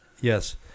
yes